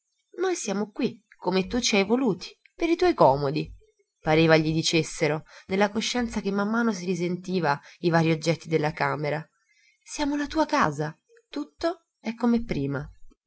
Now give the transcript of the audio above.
noi siamo qui come tu ci hai voluti per i tuoi comodi pareva gli dicessero nella coscienza che man mano si risentiva i varii oggetti della camera siamo la tua casa tutto è come prima